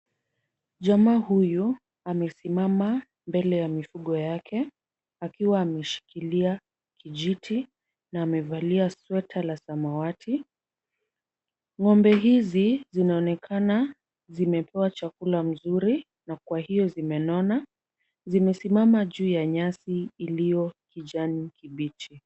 Jamaa huyu amesimama mbele ya mifugo yake, akiwa ameshikilia kijiti na amevalia sweta la samawati. Ng'ombe hizi zinaonekana zimepewa chakula mzuri na kwa hiyo zimenona. Zimesimama juu ya nyasi iliyo kijani kibichi.